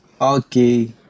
Okay